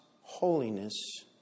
holiness